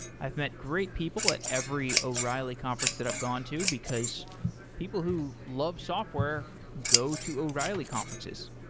i've met great people at every o'reilly conference that i've gone to, because people who love software go to o'reilly conferences.